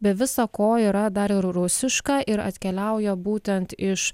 be visa ko yra dar ir rusiška ir atkeliauja būtent iš